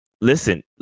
listen